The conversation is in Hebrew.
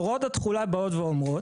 הוראות התחולה באות ואומרות,